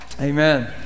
Amen